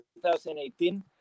2018